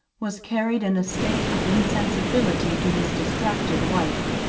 was carried in a state of insensibility to his distracted wife.